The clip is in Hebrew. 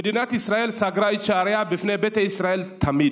מדינת ישראל סגרה את שעריה בפני ביתא ישראל תמיד.